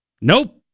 nope